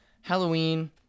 Halloween